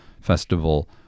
festival